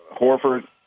Horford